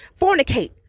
fornicate